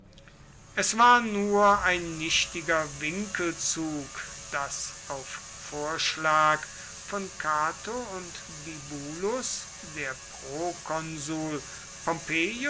es war nur ein nichtiger winkelzug daß auf vorschlag von cato und bibulus der